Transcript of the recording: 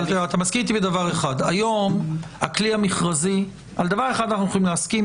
על דבר אחד אנחנו יכולים להסכים,